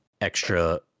extra